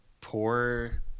poor